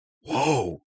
Whoa